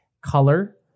color